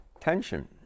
tension